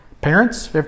Parents